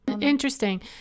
Interesting